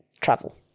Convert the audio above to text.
travel